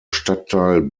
stadtteil